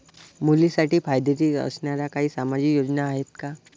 मुलींसाठी फायदेशीर असणाऱ्या काही सामाजिक योजना आहेत का?